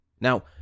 Now